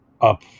up